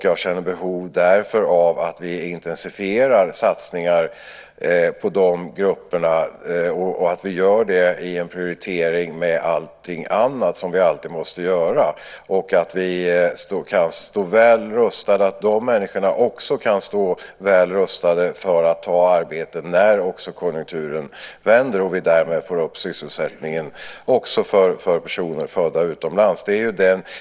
Jag känner därför ett behov av att intensifiera satsningarna på de grupperna - prioriteringen måste vi göra tillsammans med allting annat, som vi alltid måste göra - så att de kan stå väl rustade för att ta arbete när konjunkturen vänder och vi därmed får upp sysselsättningen också för personer födda utomlands.